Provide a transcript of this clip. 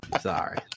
sorry